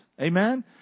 Amen